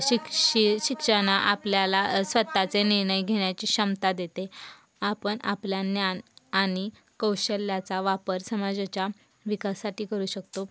शिक्षी शिक्षणा आपल्याला स्वत चे निर्णय घेण्याची क्षमता देते आपण आपल्या ज्ञान आणि कौशल्याचा वापर समाजाच्या विकासासाठी करू शकतो